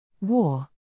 War